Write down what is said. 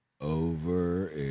Over